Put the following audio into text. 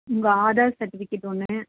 உங்கள் ஆதார் செர்டிஃபிகேட் ஒன்று